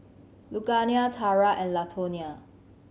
Lugenia Tarah and Latonia